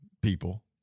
people